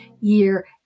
year